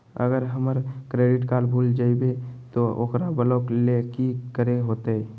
अगर हमर credit card भूल जइबे तो ओकरा ब्लॉक लें कि करे होते?